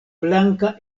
blanka